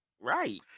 Right